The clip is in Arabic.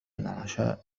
العشاء